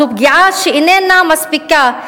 זו פגיעה שאיננה מספיקה.